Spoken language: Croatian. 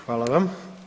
Hvala vam.